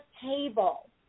table